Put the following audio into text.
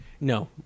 No